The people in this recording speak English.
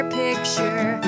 picture